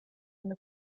eine